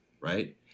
right